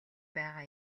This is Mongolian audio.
байгаа